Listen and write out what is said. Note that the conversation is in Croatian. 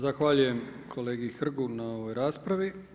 Zahvaljujem kolegi Hrgu na ovoj raspravi.